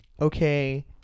okay